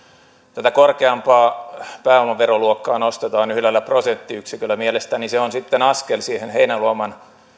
tätä korkeampaa pääomaveroluokkaa nostetaan yhdellä prosenttiyksiköllä mielestäni se on sitten askel siihen heinäluoman